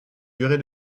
durée